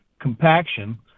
compaction